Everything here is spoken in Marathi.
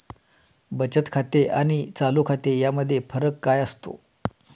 बचत खाते आणि चालू खाते यामध्ये फरक काय असतो?